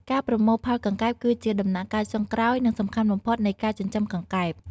ការប្រមូលផលកង្កែប គឺជាដំណាក់កាលចុងក្រោយ និងសំខាន់បំផុតនៃការចិញ្ចឹមកង្កែប។